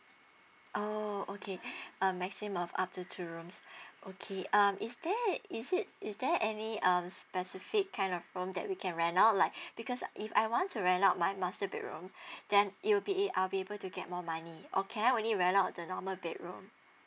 orh okay uh maximum of up to two rooms okay um is there is it is there any um specific kind of room that we can rent out like because I if I want to rent out my master bedroom then it will be it I'll be able to get more money or can I only to rent out the normal bedroom